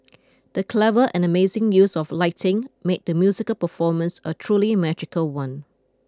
the clever and amazing use of lighting made the musical performance a truly magical one